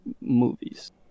movies